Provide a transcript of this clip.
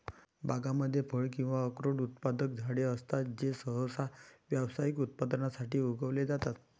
बागांमध्ये फळे किंवा अक्रोड उत्पादक झाडे असतात जे सहसा व्यावसायिक उत्पादनासाठी उगवले जातात